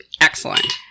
excellent